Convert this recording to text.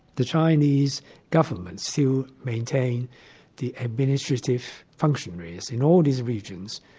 the chinese government still maintained the administrative functionaries in all these regions,